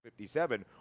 57